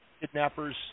kidnappers